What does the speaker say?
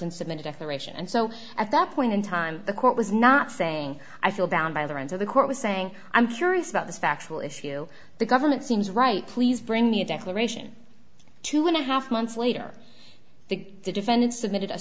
and submit a declaration and so at that point in time the court was not saying i feel bound by the ends of the court was saying i'm curious about this factual issue the government seems right please bring me a declaration two and a half months later the defendant submitted a